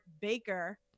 Baker